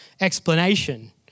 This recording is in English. explanation